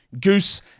Goose